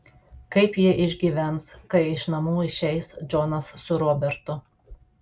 kaip ji išgyvens kai iš namų išeis džonas su robertu